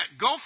go